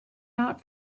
out